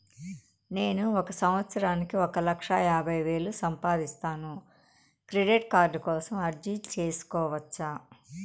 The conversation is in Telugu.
నేను ఒక సంవత్సరానికి ఒక లక్ష యాభై వేలు సంపాదిస్తాను, క్రెడిట్ కార్డు కోసం అర్జీ సేసుకోవచ్చా?